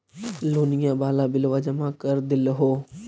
लोनिया वाला बिलवा जामा कर देलहो?